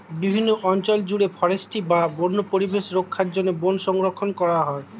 বিভিন্ন অঞ্চল জুড়ে ফরেস্ট্রি বা বন্য পরিবেশ রক্ষার জন্য বন সংরক্ষণ করা হয়